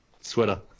sweater